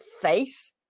face